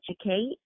educate